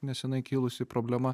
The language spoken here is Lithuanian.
nesenai kilusi problema